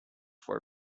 for